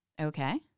Okay